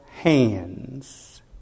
hands